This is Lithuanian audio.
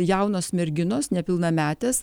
jaunos merginos nepilnametės